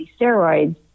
steroids